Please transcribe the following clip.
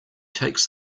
takes